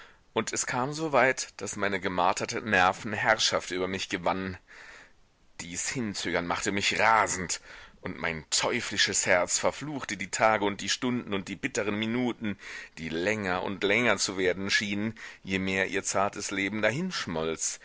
und es kam so weit daß meine gemarterten nerven herrschaft über mich gewannen dies hinzögern machte mich rasend und mein teuflisches herz verfluchte die tage und die stunden und die bitteren minuten die länger und länger zu werden schienen je mehr ihr zartes leben